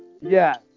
Yes